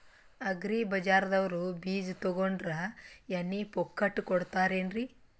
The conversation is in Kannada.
ಅಗ್ರಿ ಬಜಾರದವ್ರು ಬೀಜ ತೊಗೊಂಡ್ರ ಎಣ್ಣಿ ಪುಕ್ಕಟ ಕೋಡತಾರೆನ್ರಿ?